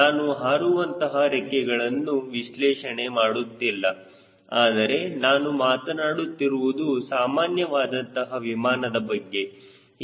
ನಾನು ಹಾರುವಂತಹ ರೆಕ್ಕೆಗಳನ್ನು ವಿಶ್ಲೇಷಣೆ ಮಾಡುತ್ತಿಲ್ಲ ಆದರೆ ನಾನು ಮಾತನಾಡುತ್ತಿರುವುದು ಸಾಮಾನ್ಯ ವಾದಂತಹ ವಿಮಾನದ ಬಗ್ಗೆ